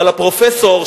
אבל הפרופסור,